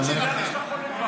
תודה רבה לחבר הכנסת יבגני סובה.